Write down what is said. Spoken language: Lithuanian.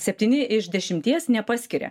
septyni iš dešimties nepaskiria